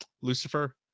Lucifer